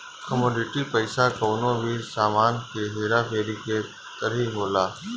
commodity पईसा कवनो भी सामान के हेरा फेरी के तरही होला